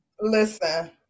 Listen